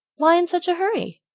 why in such a hurry?